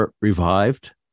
revived